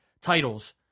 titles